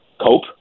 cope